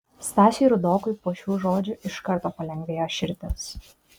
stasiui rudokui po šių žodžių iš karto palengvėjo širdis